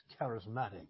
charismatic